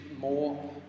more